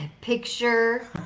picture